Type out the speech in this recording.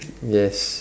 yes